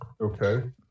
Okay